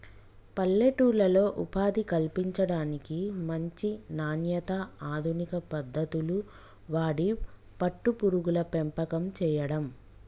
పల్లెటూర్లలో ఉపాధి కల్పించడానికి, మంచి నాణ్యత, అధునిక పద్దతులు వాడి పట్టు పురుగుల పెంపకం చేయడం